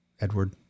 Edward